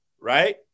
right